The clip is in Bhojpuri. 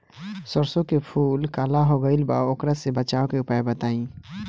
सरसों के फूल काला हो गएल बा वोकरा से बचाव के उपाय बताई?